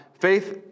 faith